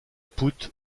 put